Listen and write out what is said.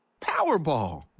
Powerball